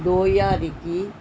ਦੋ ਹਜ਼ਾਰ ਇੱਕੀ